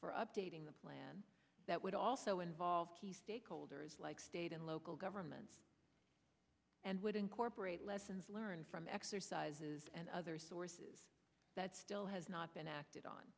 for updating the plan that would also involve key stakeholders like state and local governments and would incorporate lessons learned from exercises and other sorts that still has not been acted on